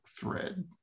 thread